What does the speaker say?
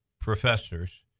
professors